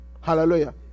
Hallelujah